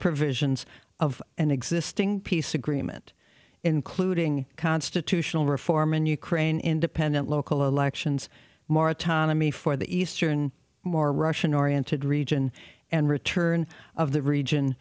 provisions of an existing peace agreement including constitutional reform in ukraine independent local elections more autonomy for the eastern more russian oriented region and return of the region